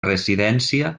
residència